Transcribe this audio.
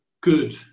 good